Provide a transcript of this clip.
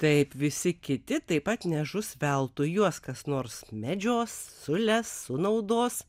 taip visi kiti taip pat nežus veltui juos kas nors medžios sules sunaudos